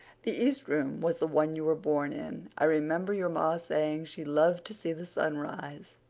the east room was the one you were born in. i remember your ma saying she loved to see the sunrise